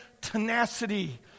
tenacity